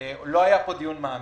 לא היה דיון מעמיק,